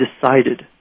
decided